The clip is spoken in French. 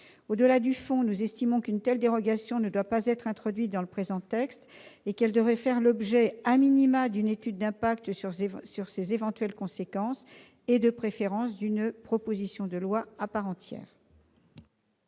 Au-delà du fond, nous estimons qu'une telle dérogation ne doit pas être introduite dans le présent texte et qu'elle devrait faire l'objet d'une étude d'impact sur ses éventuelles conséquences et, de préférence, d'une proposition de loi à part entière.